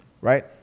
right